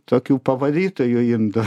tokių pavalytojų indų